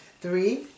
Three